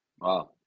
Wow